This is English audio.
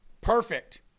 perfect